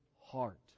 heart